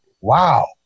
wow